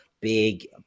big